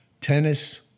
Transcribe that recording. Tennis